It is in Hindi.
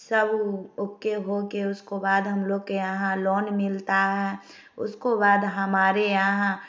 सब ओके हो के उसको बाद हम लोग के यहाँ लोन मिलता है उसको बाद हमारे यहाँ